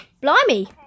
Blimey